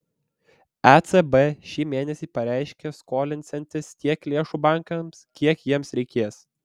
ecb šį mėnesį pareiškė skolinsiantis tiek lėšų bankams kiek jiems reikės